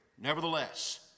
Nevertheless